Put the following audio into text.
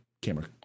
camera